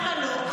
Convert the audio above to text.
למה לא?